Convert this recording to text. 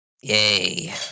Yay